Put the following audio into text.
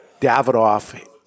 Davidoff